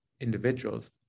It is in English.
individuals